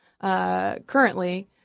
Currently